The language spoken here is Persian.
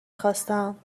خواستم